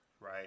Right